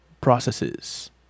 processes